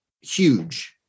huge